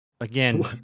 again